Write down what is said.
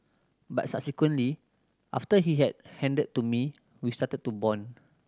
but subsequently after he has handed to me we started to bond